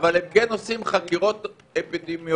אבל הם כן עושים חקירות אפידמיולוגיות.